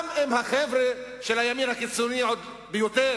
גם אם החבר'ה של הימין הקיצוני ביותר,